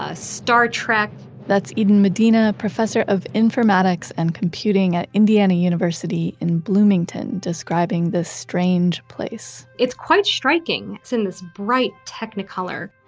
ah star trek, that's eden medina, professor of informatics and computing at indiana university in bloomington describing the strange place it's quite striking. it's in this bright technicolor,